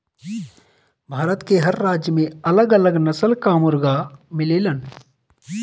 भारत के हर राज्य में अलग अलग नस्ल कअ मुर्गा मिलेलन